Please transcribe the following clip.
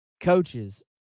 coaches